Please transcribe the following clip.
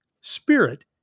spirit